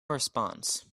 response